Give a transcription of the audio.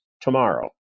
tomorrow